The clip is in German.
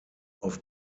auf